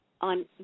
on